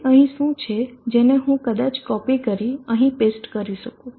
તેથી અહી શું છે જેને હું તેને કદાચ કોપી કરી અહીં પેસ્ટ કરી શકું